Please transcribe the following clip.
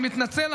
אני מתנצל.